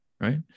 right